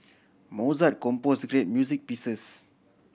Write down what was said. Mozart compose great music pieces